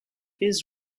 his